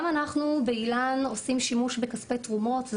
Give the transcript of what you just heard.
גם אנחנו באיל"ן עושים שימוש בכספי תרומות.